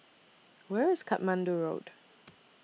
Where IS Katmandu Road